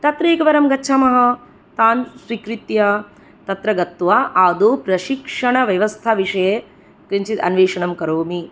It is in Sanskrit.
तत्र एकवारं गच्छामः तान् स्वीकृत्य तत्र गत्वा आदौ प्रशिक्षणव्यवस्थाविषये किञ्चिद् अन्वेषणं करोमि